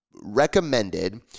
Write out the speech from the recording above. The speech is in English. recommended